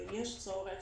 ויש צורך,